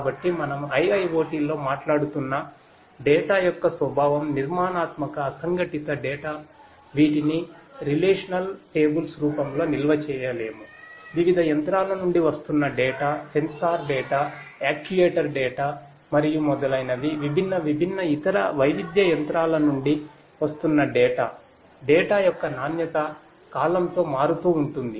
కాబట్టి మనము IIoT లో మాట్లాడుతున్న డేటా యొక్క నాణ్యత కాలంతో మారుతూ ఉంటుంది